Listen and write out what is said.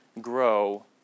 grow